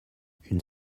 une